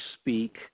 speak